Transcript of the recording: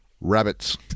Rabbits